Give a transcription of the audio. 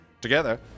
Together